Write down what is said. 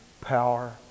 power